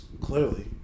clearly